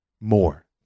more